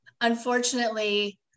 unfortunately